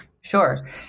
sure